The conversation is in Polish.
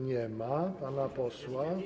Nie ma pana posła.